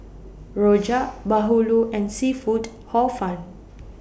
Rojak Bahulu and Seafood Hor Fun